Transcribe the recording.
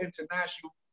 international